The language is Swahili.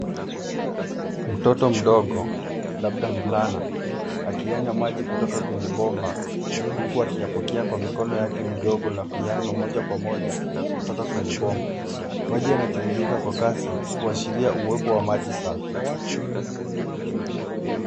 Mtoto mdogo labda mvulana akiyanywa maji kutoka kwenye bomba huku akiyapokea kwa mikono yake midogo na kuyanywa moja kwa moja kutoka kwenye bomba. Maji yanatiririka kwa kasi kuashiria uwepo wa maji safi.